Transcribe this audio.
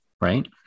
right